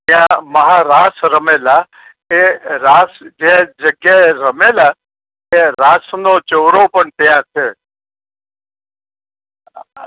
ત્યાં મહારાસ રમેલા તે રાસ જે જગ્યાએ રમેલા તે રાસનો ચોરો પણ ત્યાં છે